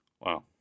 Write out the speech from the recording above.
Wow